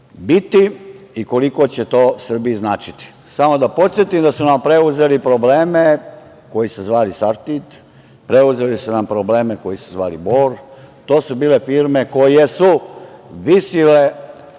biti i koliko će to Srbiji značiti. Samo da podsetim da su nam preuzeli probleme koji su se zvali „Sartid“, preuzeli su nam probleme koji su se zvali „Bor“, a to su bile firme koje su visile